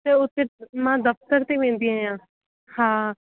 त उते मां दफ्तरु ते वेंदी आहियां हा